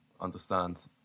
understand